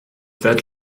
that